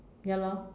ya lor